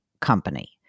company